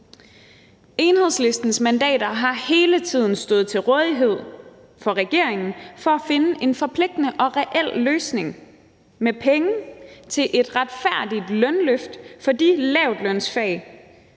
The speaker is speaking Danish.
Enhedslistens mandater har hele tiden stået til rådighed for regeringen i forhold til at finde en forpligtende og reel løsning med penge til et retfærdigt lønløft for lavtlønsfagene,